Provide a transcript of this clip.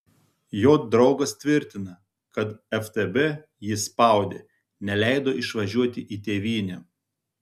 jo draugas tvirtina kad ftb jį spaudė neleido išvažiuoti į tėvynę